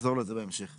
ונחזור לזה בהמשך.